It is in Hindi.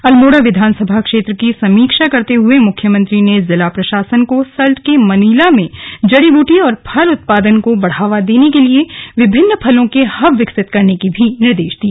अल्मोड़ा विधानसभा क्षेत्र की समीक्षा करते हुए मुख्यमंत्री ने जिला प्रशासन को सल्ट के मनीला में जड़ी बूटी और फल उत्पादन को बढ़ावा देने के लिए विभिन्न फलों के हब विकसित करने के निर्देश भी दिए